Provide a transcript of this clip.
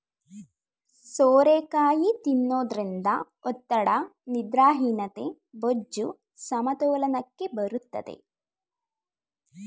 ಸೋರೆಕಾಯಿ ತಿನ್ನೋದ್ರಿಂದ ಒತ್ತಡ, ನಿದ್ರಾಹೀನತೆ, ಬೊಜ್ಜು, ಸಮತೋಲನಕ್ಕೆ ಬರುತ್ತದೆ